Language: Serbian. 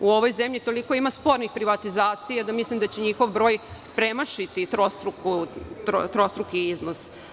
U ovoj zemlji toliko ima spornih privatizacija da mislim da će njihov broj premašiti trostruki iznos.